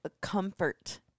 comfort